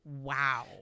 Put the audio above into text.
Wow